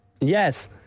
Yes